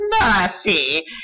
mercy